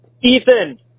Ethan